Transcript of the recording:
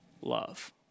love